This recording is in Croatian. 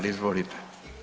Izvolite.